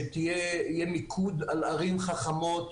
שיהיה מיקוד על ערים חכמות,